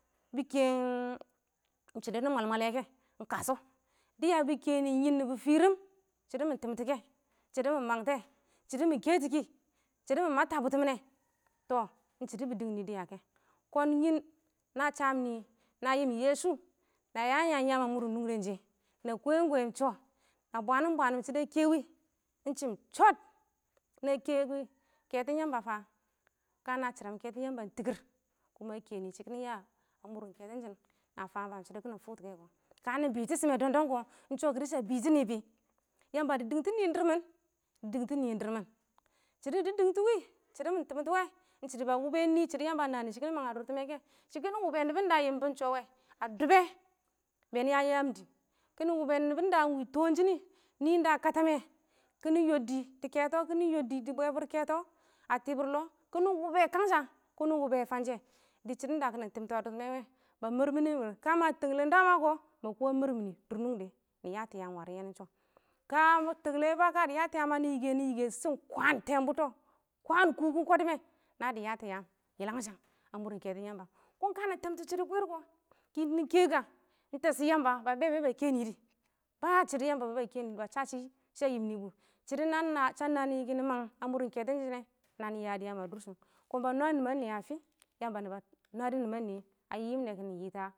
bɪ kɛen shɪds mɪ mwal mwale kɛ ɪn kəshɔ bɪ ya bɪ kɛnɪ yɪn nɪbs fɪriim shɪds mɪ timts kɛ shɪds mɪ mangtɔ shɪds mɪ kɛtiki shɪds mɪ malts a butumɪne to iɪng shɪds bɪ dɪngnɪ dɪya kɛ kɪɪnn nɪn na sa nɪ na fankuwɪ yesu na yank yam yaan a mʊr nubg dɛ she, na kɪɪnom- kɪɪnom sho na bwatim bwanɪm shɪds a kɛwɪɪn ɪn chim chod na kubu kɛtɪn yamba kə kəna shɪram kɛtɪn yamba ɪn tɪkɪr kumu a kɛnɪ shɪnɪ ya a mʊr kɛtɪn shun na fam fam shɪds kɪnɪ fungts kɛkʊ kə nɪ bɪti shɪme doom doom kʊ kidɪ sha bɪtɪnɪ bɪ yamba dɪ dɪngtu nɪn dɪrmɪn, dɪ dɪngtu nɪɪn dɪimɪn, shɪds dɪ dɪngtu wɪɪn iɪng shuds mɪ timta? iɪng shɪds ba yikɛ nɪ iɪng shuds yamba nanɪ shɪnɪ mang a dʊr time kɛ shɪ kɪnɪ wube nebs da a fankuwɪbs ɪnsho wɛ a dube be nɪ ya yaam dɪɪn kɪnɪ wube nɪbs da ɪn wɪɪn tooshnɪ nɪ da a kətame kɪnɪ yoddɪ dɪ bwɛbɪr kɛto a bɪbɪr lɔ kɪnɪ wube kəngsa, kɪnɪ wube fanshe dɪ shɪds dakɪnɪ timts ba mɪr mɪnɪ mxr kə tenglem daba kɪɪn ba mrmɪn mxr nunghe nɪ yatɔ yaam warɪ ya sho kə tenghlebu dɪ yatɔ yaam kʊ nɪ yikx nɪ yikx tishɪn kwaaan tɛɛn butɔ kwaan kughon kɪɪndume nadɪ yata yaan yilangssd a mʊr kɛton yamba kɔn kɪɪn nɪ yotɪn d shɪds bwɪɪnir kɪɪn kɪnɪ kɛ kx iɪng tesh yamba ba be ba kɛn dɪ bo shɪds yamba be ba kɛnɪdɪ ba sa shɪ sa fankuwɪ nɪbu shɪds sa nɪ nɪ mang a mʊr kɛtomshɪne nanɪ yads yaam a dʊrshɪn ba nwa nɪma nɪye a fɪ